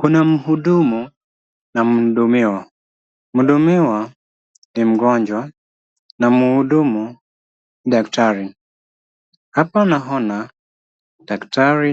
Kuna mhudumu na mhudimiwa, mhudimiwa ni mgonjwa na mhudumu, daktari .Hapa naona daktari